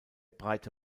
breite